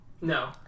No